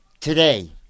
today